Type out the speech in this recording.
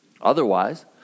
Otherwise